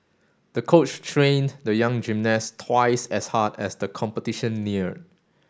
the coach trained the young gymnast twice as hard as the competition neared